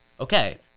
okay